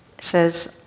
says